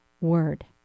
word